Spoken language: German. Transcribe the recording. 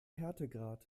härtegrad